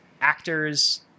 actors